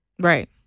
right